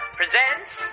presents